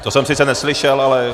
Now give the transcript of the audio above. To jsem sice neslyšel, ale...